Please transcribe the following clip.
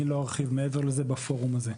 אני לא ארחיב מעבר לזה בפורום הזה.